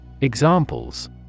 Examples